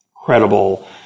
credible